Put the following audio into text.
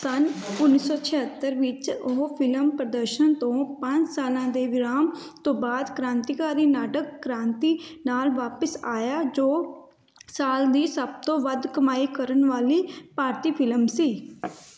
ਸੰਨ ਉੱਨੀ ਸੌ ਛਿਹੱਤਰ ਵਿੱਚ ਉਹ ਫਿਲਮ ਪ੍ਰਦਰਸ਼ਨ ਤੋਂ ਪੰਜ ਸਾਲਾਂ ਦੇ ਵਿਰਾਮ ਤੋਂ ਬਾਅਦ ਕ੍ਰਾਂਤੀਕਾਰੀ ਨਾਟਕ ਕ੍ਰਾਂਤੀ ਨਾਲ ਵਾਪਸ ਆਇਆ ਜੋ ਸਾਲ ਦੀ ਸਭ ਤੋਂ ਵੱਧ ਕਮਾਈ ਕਰਨ ਵਾਲੀ ਭਾਰਤੀ ਫਿਲਮ ਸੀ